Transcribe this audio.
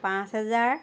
পাঁচ হেজাৰ